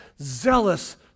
zealous